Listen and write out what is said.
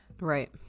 right